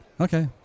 Okay